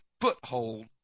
foothold